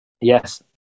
yes